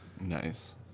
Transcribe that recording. Nice